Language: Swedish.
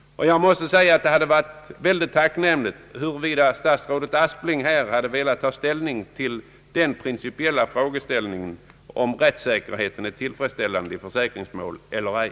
Det hade varit utomordentligt tacknämligt om statsrådet Aspling här hade velat ta ställning till den principiella frågan om rättssäkerheten är tillfredsställande i försäkringsmål eller ej.